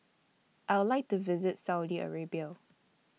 I Would like to visit Saudi Arabia